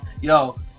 Yo